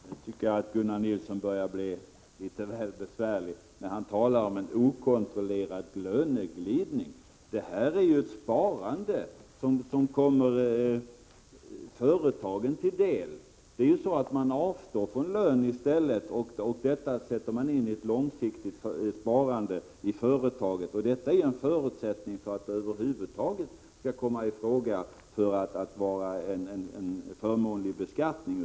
Herr talman! Jag tycker att Gunnar Nilsson börjar bli litet väl besvärlig. Han talar om en okontrollerad löneglidning. Detta är ett sparande som kommer företagen till del. Man avstår från lön och sätter in pengarna i ett långsiktigt sparande i företaget. Det är en förutsättning för att systemet över huvud taget skall komma i fråga för en förmånligare beskattning.